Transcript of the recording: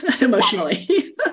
emotionally